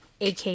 AK